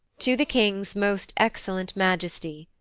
to the king's most excellent majesty.